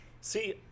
see